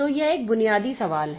तो यह एक बुनियादी सवाल है